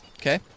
Okay